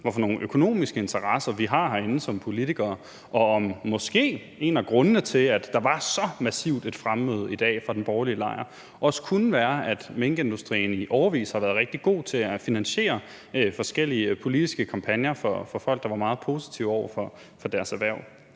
vide, hvilke økonomiske interesser vi har herinde som politikere, og om en af grundene til, at der var så massivt et fremmøde i dag fra den borgerlige lejrs side, måske også kunne være, at minkindustrien i årevis har været rigtig god til at finansiere forskellige politiske kampagner for folk, der var meget positive over for deres erhverv.